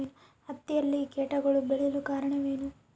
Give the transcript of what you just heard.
ಹತ್ತಿಯಲ್ಲಿ ಕೇಟಗಳು ಬೇಳಲು ಕಾರಣವೇನು?